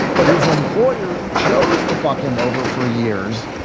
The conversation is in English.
but his employer chose to fuck him over four years.